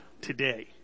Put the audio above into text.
today